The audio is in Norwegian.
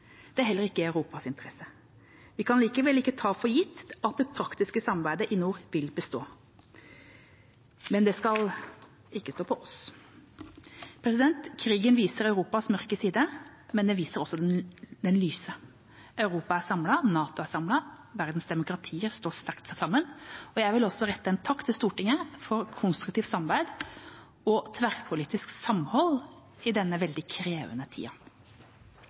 Det er heller ikke i Europas interesse. Vi kan likevel ikke ta for gitt at det praktiske samarbeidet i nord vil bestå, men det skal ikke stå på oss. Krigen viser Europas mørke side, men den viser også den lyse. Europa er samlet. NATO er samlet. Verdens demokratier står sterkt sammen. Jeg vil rette en takk til Stortinget for konstruktivt samarbeid og tverrpolitisk samhold i denne veldig krevende tida.